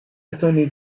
attorney